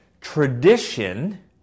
tradition